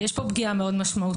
יש פה פגיעה מאוד משמעותית,